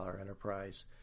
enterprise